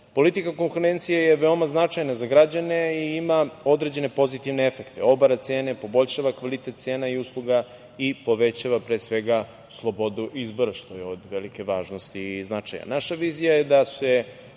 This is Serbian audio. pomoć. Politika konkurencije je veoma značajna za građane i ima određene pozitivne efekte - obara cene, poboljšava kvalitet cena i usluga i povećava, pre svega, slobodu izbora, što je od velike važnosti i značaja.